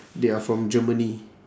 they are from germany